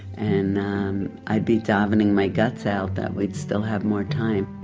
and i'd be davening my guts out that we'd still have more time